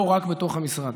לא רק בתוך המשרד.